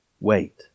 wait